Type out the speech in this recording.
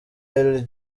elie